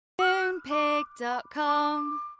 Moonpig.com